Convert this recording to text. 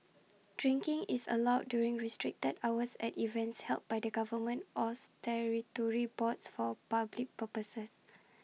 drinking is allowed during restricted hours at events held by the government or statutory boards for A public purposes